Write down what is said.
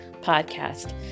podcast